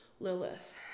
Lilith